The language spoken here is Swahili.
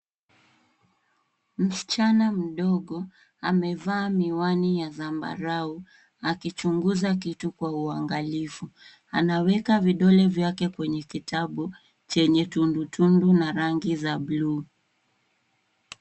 Msichana mdogo amevaa miwani ya zambarau akichunguza kitu kwa uangalifu. Anaweka vidole vyake kwenye kitabu chenye tundu tundu na rangi ya bluu.